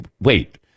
wait